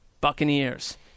Buccaneers